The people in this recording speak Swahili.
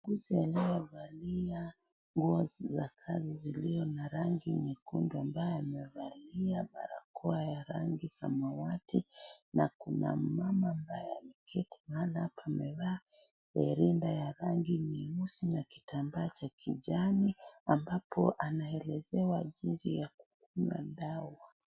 Muuguzi anayevalia nguo za kazi zilio na rangi nyekundu ambaye amevalia barakoa ya rangi samawati na kuna mama ambaye ameketi mahala hapa amevaa ni rinda ya rangi nyeusi na kitambaa cha kijani ambapo anaelezewa jinsi ya kukunywa dawa.